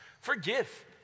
forgive